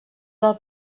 del